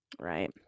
right